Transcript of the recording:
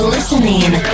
Listening